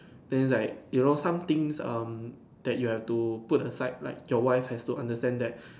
then it's like you know somethings um that you have to put aside like your wife have to understand that